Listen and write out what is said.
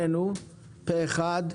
שנינו פה אחד,